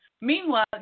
Meanwhile